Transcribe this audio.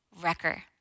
wrecker